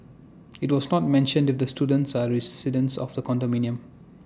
IT was not mentioned if the students are residents of the condominium